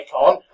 icon